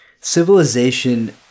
civilization